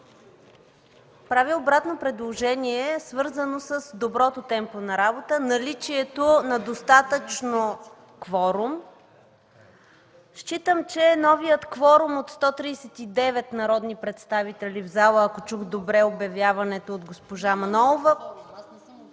Правя обратно предложение, свързано с доброто темпо на работа, наличието на достатъчно кворум. Считам, че новият кворум от 139 народни представители в залата, ако чух добре обявяването от госпожа Манолова,